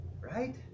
Right